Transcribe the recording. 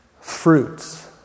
fruits